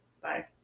Bye